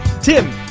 Tim